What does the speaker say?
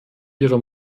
ihre